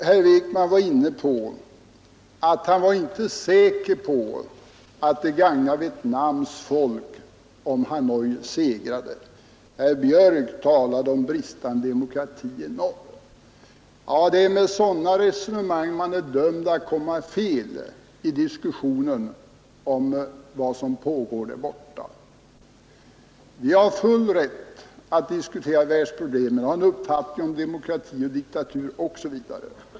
Herr Wijkman sade att han inte var säker på att det skulle gagna Vietnams folk om Hanoi segrade. Herr Björck i Nässjö talade om bristande demokrati i norr. Med sådana resonemang är man dömd att komma fel i diskussionen om vad som pågår därborta. Vi har full rätt att diskutera världsproblemen, att ha en uppfattning om demokrati och diktatur, osv.